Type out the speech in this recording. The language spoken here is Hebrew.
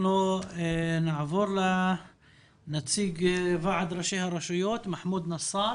נעבור לנציג ועד ראשי הרשויות, מחמוד נסאר.